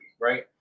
right